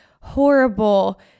horrible